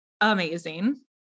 Amazing